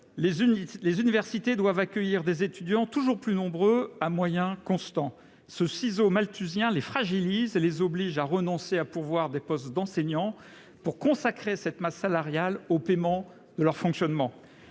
Les universités doivent accueillir des étudiants toujours plus nombreux à moyens constants. Ce ciseau malthusien les fragilise et les oblige à renoncer à pourvoir des postes d'enseignant pour consacrer l'argent qui devrait être dévolu à cette masse salariale au paiement de leur fonctionnement.